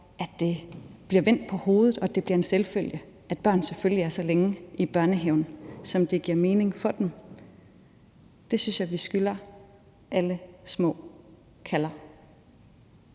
at det bliver vendt på hovedet, så det bliver en selvfølge, at børn er lige så længe i børnehaven, som det giver mening for dem. Det synes jeg vi skylder alle de små Kaller.